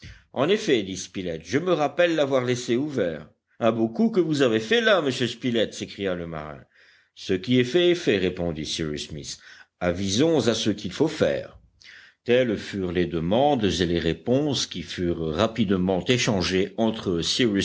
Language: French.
en effet dit spilett je me rappelle l'avoir laissé ouvert un beau coup que vous avez fait là monsieur spilett s'écria le marin ce qui est fait est fait répondit cyrus smith avisons à ce qu'il faut faire telles furent les demandes et les réponses qui furent rapidement échangées entre